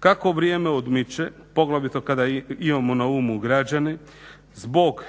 Kako vrijeme odmiče, poglavito kada imamo na umu građane, zbog